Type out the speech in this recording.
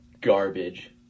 garbage